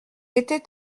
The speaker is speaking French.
était